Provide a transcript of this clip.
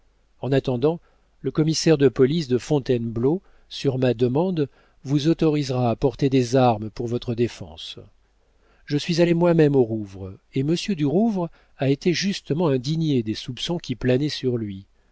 en attendant le commissaire de police de fontainebleau sur ma demande vous autorisera à porter des armes pour votre défense je suis allé moi-même au rouvre et monsieur du rouvre a été justement indigné des soupçons qui planaient sur lui